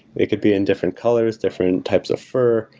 it could be in different colors, different types of fur,